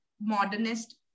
modernist